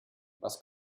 was